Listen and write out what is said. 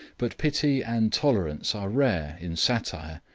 but pity and tolerance are rare in satire,